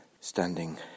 standing